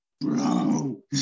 bro